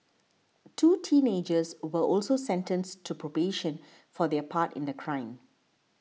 two teenagers were also sentenced to probation for their part in the crime